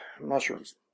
mushrooms